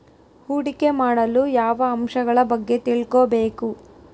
ಹೂಡಿಕೆ ಮಾಡಲು ಯಾವ ಅಂಶಗಳ ಬಗ್ಗೆ ತಿಳ್ಕೊಬೇಕು?